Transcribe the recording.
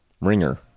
ringer